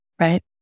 right